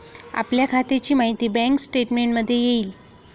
आपल्या खात्याची माहिती बँक स्टेटमेंटमध्ये येईल